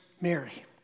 Mary